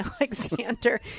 Alexander